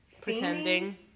pretending